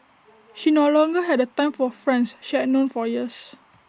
she no longer had the time for friends she had known for years